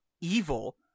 evil